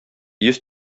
йөз